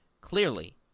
clearly